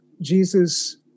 Jesus